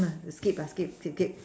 escape escape cape cape